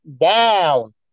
down